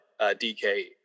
dk